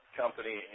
company